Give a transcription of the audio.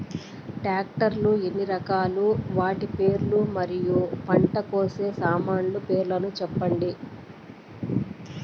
Tractor లు ఎన్ని రకాలు? వాటి పేర్లు మరియు పంట కోసే సామాన్లు పేర్లను సెప్పండి?